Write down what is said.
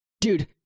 Dude